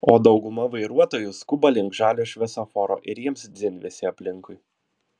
o dauguma vairuotojų skuba link žalio šviesoforo ir jiems dzin visi aplinkui